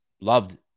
loved